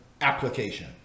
application